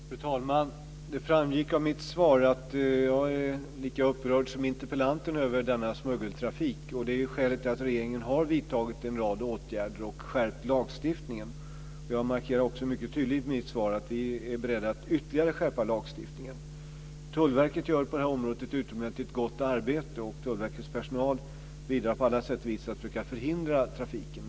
Fru talman! Det framgick av mitt svar att jag är lika upprörd som interpellanten över denna smuggeltrafik. Det är skälet till att regeringen har vidtagit en rad åtgärder och skärpt lagstiftningen. Jag markerar också mycket tydligt i mitt svar att vi är beredda att ytterligare skärpa den. Tullverket gör på det här området ett utomordentligt gott arbete, och Tullverkets personal bidrar på alla sätt och vis till att försöka att förhindra trafiken.